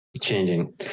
changing